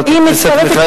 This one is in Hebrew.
היא מצטרפת לספינת מחבלים,